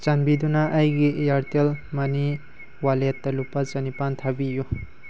ꯆꯥꯟꯕꯤꯗꯨꯅ ꯑꯩꯒꯤ ꯏꯌꯥꯔꯇꯦꯜ ꯃꯅꯤ ꯋꯥꯜꯂꯦꯠꯇ ꯂꯨꯄꯥ ꯆꯅꯤꯄꯥꯜ ꯊꯥꯕꯤꯌꯨ